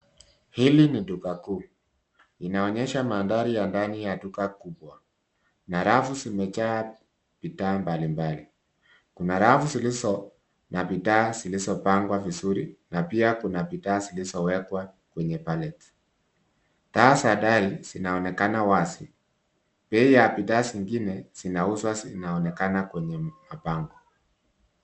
Hili ni duka kuu, inaonyesha mandhari ya ndani ya duka kubwa, na rafu zimejaa bidhaa mbalimbali. Kuna rafu zilizo na bidhaa zilizopangwa vizuri na pia kuna bidhaa zilizowekwa kwenye pallet . Taa za dari zinaonekana wazi. Bei ya bidhaa zingine, zinauzwa zinaonekana kwenye mabango.